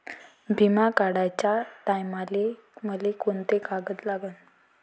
बिमा काढाचे टायमाले मले कोंते कागद लागन?